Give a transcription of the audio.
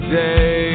day